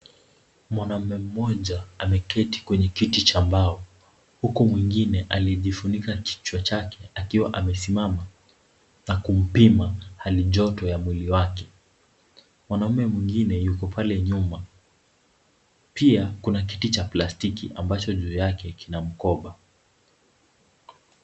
Mwanaume mmoja ameketi kwenye kiti cha mbao, huku mwengine aliyejifunika kichwa chake akiwa amesimama na kumpima hali joto ya mwili wake. Mwanaume mwengine yuko pale nyuma, pia kuna kiti chake cha plastiki ambacho juu yake kina mkoba.